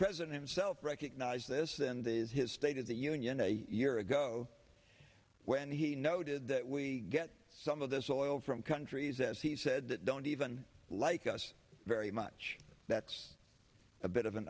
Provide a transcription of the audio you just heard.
president himself recognized this and that is his state of the union a year ago when he noted that we get some of this oil from countries as he said that don't even like us very much that's a bit